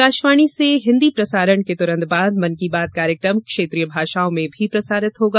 आकाशवाणी से हिन्दी प्रसारण के तुरन्त बाद मन की बात कार्यक्रम क्षेत्रीय भाषाओं में भी प्रसारित होगा